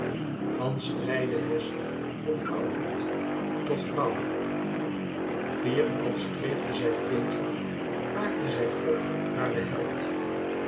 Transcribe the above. van strijderesse vervrouwelijkt tot vrouw fier als streefde zij tegen vaarde zij op naar den held